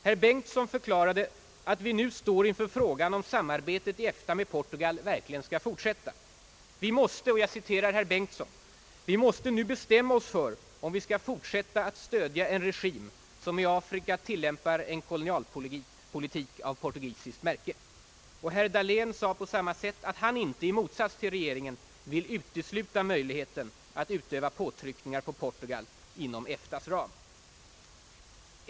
Herr Bengtson förklarade, att vi nu står inför frågan huruvida samarbetet i EFTA med Portugal verkligen skall fortsätta. Vi måste, sade herr Bengtson, nu »bestämma oss för om vi skall fortsätta att stödja en regim, som i Afrika tillämpar en kolonialpolitik av portugisiskt märke». Herr Dahlén sade på samma sätt, att han i motsats till regeringen inte vill utesiuta möjligheten att utöva påtryckningar på Portugal inom EFTA:s ram.